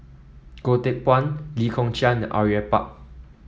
Goh Teck Phuan Lee Kong Chian and Au Yue Pak